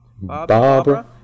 Barbara